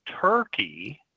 Turkey